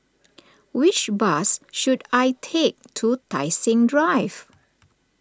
which bus should I take to Tai Seng Drive